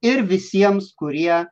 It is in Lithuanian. ir visiems kurie